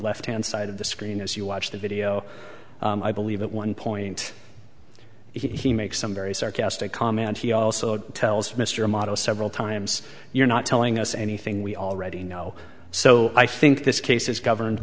left hand side of the screen as you watch the video i believe at one point he makes some very sarcastic comment and he also tells mr moto several times you're not telling us anything we already know so i think this case is governed